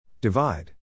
Divide